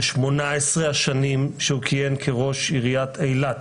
ב-18 השנים שהוא כיהן כראש עיריית אילת.